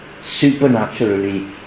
supernaturally